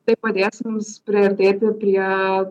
tai padės mums priartėti prie